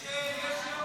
יש ליאיר יום הולדת.